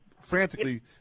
frantically